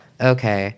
Okay